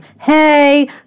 Hey